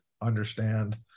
understand